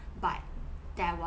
but there was